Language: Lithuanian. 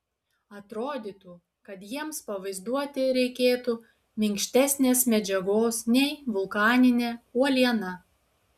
atrodytų kad jiems pavaizduoti reikėtų minkštesnės medžiagos nei vulkaninė uoliena